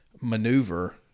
maneuver